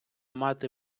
мати